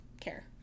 care